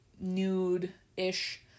nude-ish